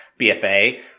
BFA